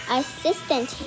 assistant